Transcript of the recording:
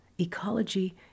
Ecology